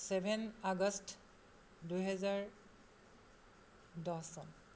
seven August দুহেজাৰ দহ চন